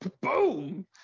Boom